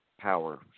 power